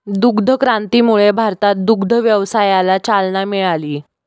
दुग्ध क्रांतीमुळे भारतात दुग्ध व्यवसायाला चालना मिळाली